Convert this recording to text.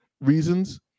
reasons